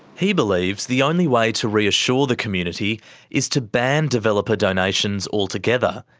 he believes the only way to reassure the community is to ban developer donations altogether,